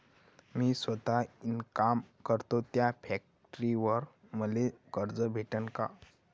मी सौता इनकाम करतो थ्या फॅक्टरीवर मले कर्ज भेटन का?